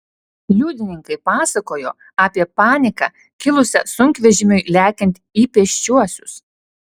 liudininkai pasakojo apie paniką kilusią sunkvežimiui lekiant į pėsčiuosius